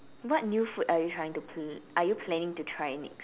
what new food are you trying to pla~ are you planning to try next